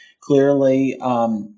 clearly